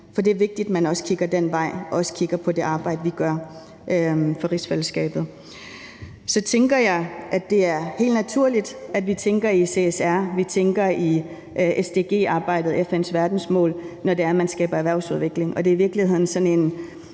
For det er vigtigt, at man også kigger den vej og også kigger på det arbejde, vi gør for rigsfællesskabet. Så tænker jeg, at det er helt naturligt, at vi tænker i CSR og tænker i SDG-arbejdet – FN's verdensmål – når man skaber erhvervsudvikling. Og det er i virkeligheden sådan en